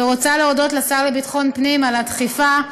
ורוצה להודות לשר לביטחון פנים על הדחיפה.